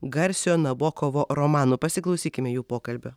garsiojo nabokovo romanų pasiklausykime jų pokalbio